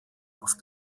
auf